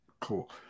Cool